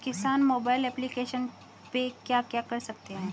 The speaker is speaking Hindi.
किसान मोबाइल एप्लिकेशन पे क्या क्या कर सकते हैं?